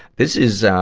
this is, ah,